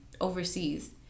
overseas